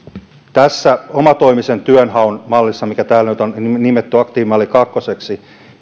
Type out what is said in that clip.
tässä omatoimisen työnhaun mallissa mikä täällä nyt on nimetty aktiivimalli kakkoseksi